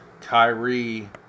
Kyrie